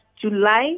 July